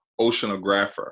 oceanographer